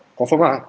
confirm ah